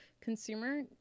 consumer